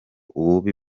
ububi